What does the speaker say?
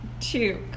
two